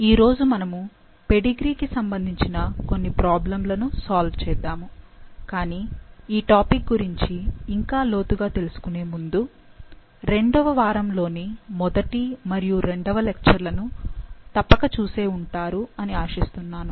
ఈరోజు మనము పెడిగ్రీ కి సంబంధించిన కొన్ని ప్రాబ్లెమ్ లను సాల్వ్ చేద్దాము కానీ ఈ టాపిక్ గురించి ఇంకా లోతుగా తెలుసుకునే ముందు రెండవ వారము లోని మొదటి మరియు రెండవ లెక్చర్ లను తప్పక చూసే ఉంటారు అని ఆశిస్తున్నాను